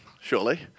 surely